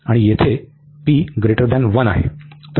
आणि येथे आहे